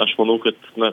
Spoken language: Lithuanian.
aš manau kad na